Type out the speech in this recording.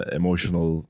emotional